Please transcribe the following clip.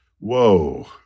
whoa